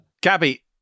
Gabby